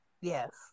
Yes